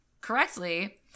correctly